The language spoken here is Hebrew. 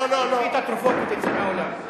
תיקחי את התרופות ותצאי מהאולם.